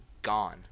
Gone